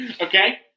Okay